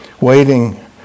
Waiting